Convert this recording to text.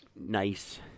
nice